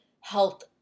health